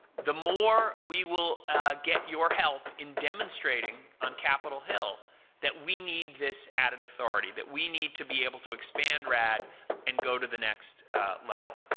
the more we will get your help in demonstrating on capitol hill that we need this added authority, that we need to be able to expand rad and go to the next level.